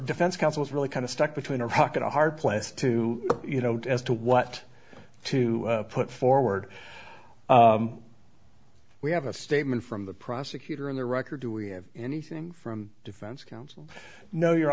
defense counsel is really kind of stuck between a rock and a hard place to you know as to what to put forward we have a statement from the prosecutor in the record do we have anything from defense counsel no your